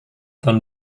tahun